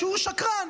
שהוא שקרן.